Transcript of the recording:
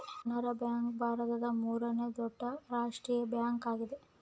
Canara bank ಭಾರತದ ಮೂರನೇ ದೊಡ್ಡ ರಾಷ್ಟ್ರೀಯ ಬ್ಯಾಂಕ್ ಆಗಿದೆ